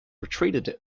retreated